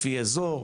לפי אזור,